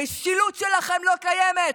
המשילות שלכם לא קיימת.